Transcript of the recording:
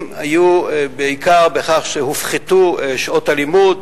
היו בעיקר בכך שהופחתו שעות הלימוד.